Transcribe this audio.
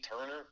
Turner